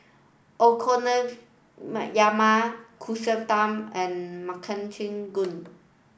Okonomiyaki Kushikatsu and Makchang Gui